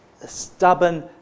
stubborn